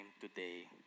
today